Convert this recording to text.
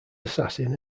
assassin